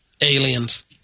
Aliens